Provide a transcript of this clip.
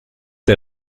der